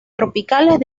tropicales